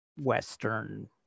western